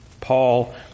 Paul